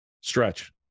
Stretch